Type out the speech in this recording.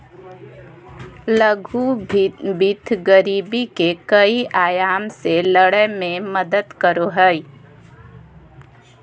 लघु वित्त गरीबी के कई आयाम से लड़य में मदद करो हइ